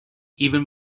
even